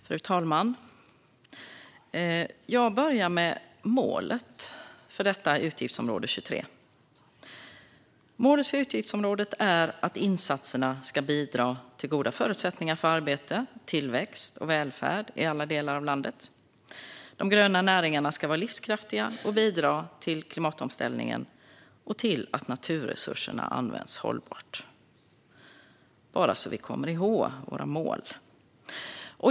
Fru talman! Jag börjar med målet för utgiftsområde 23. Målet är att insatserna ska bidra till goda förutsättningar för arbete, tillväxt och välfärd i alla delar av landet. De gröna näringarna ska vara livskraftiga och bidra till klimatomställningen och till att naturresurserna används hållbart. Detta sagt bara för att vi ska komma ihåg våra mål.